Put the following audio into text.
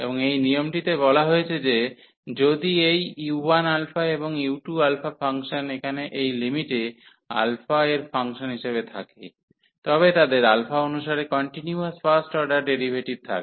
এবং এই নিয়মটিতে বলা হয়েছে যে যদি এই u1 এবং u2α ফাংশন এখানে এই লিমিটে α এর ফাংশন হিসাবে থাকে তবে তাদের α অনুসারে কন্টিনিউয়াস ফার্স্ট অর্ডার ডেরিভেটিভ থাকে